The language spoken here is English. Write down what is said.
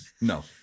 No